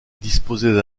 disposaient